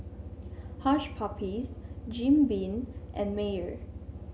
Hush Puppies Jim Beam and Mayer